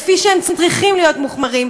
כפי שהם צריכים להיות מוחמרים,